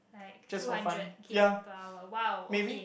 like two hundred k_m per hour !wow! okay